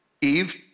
Eve